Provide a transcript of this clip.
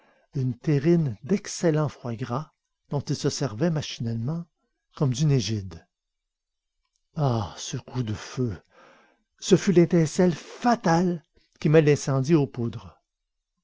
une terrine d'excellent foie gras dont il se servait machinalement comme d'une égide ah ce coup de feu ce fut l'étincelle fatale qui met l'incendie aux poudres